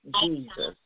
Jesus